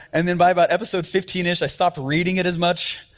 and then by about episode fifteenish i stopped reading it as much.